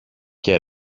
και